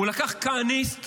הוא לקח כהניסט